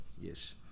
Yes